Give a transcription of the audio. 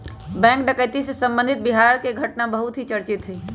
bank डकैती से संबंधित बिहार के घटना बहुत ही चर्चित हई